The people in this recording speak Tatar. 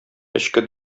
эчке